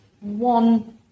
one